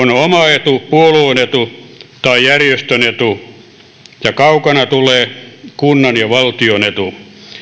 etu puolueen etu tai järjestön etu ja kaukana tulee kunnan ja valtion etu